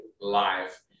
live